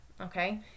Okay